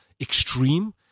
extreme